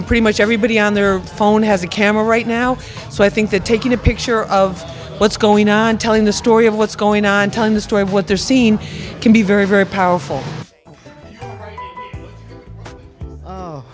know pretty much everybody on their phone has a camera right now so i think they're taking a picture of what's going on telling the story of what's going on time the story of what they're seeing can be very very powerful